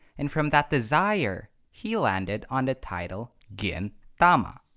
and from that desire, he landed on the title gin tama.